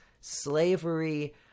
slavery